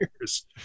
years